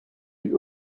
rue